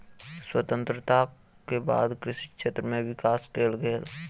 स्वतंत्रता के बाद कृषि क्षेत्र में विकास कएल गेल